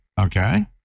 okay